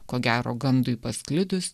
ko gero gandui pasklidus